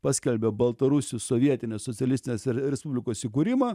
paskelbia baltarusių sovietinės socialistinės respublikos įkūrimą